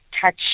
Touch